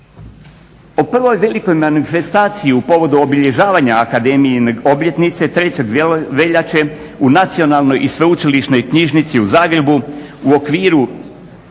O prvoj velikoj manifestaciji u povodu obilježavanja Akademijine obljetnice 3. veljače u Nacionalnoj i sveučilišnoj knjižnici u Zagrebu u okviru